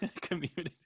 community